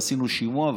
ועשינו שימוע,